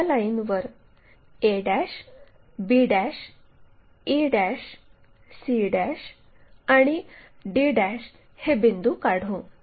या लाईनवर a' b' e' c' आणि d' हे बिंदू काढू